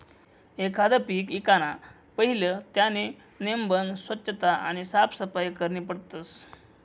एखांद पीक ईकाना पहिले त्यानी नेमबन सोच्छता आणि साफसफाई करनी पडस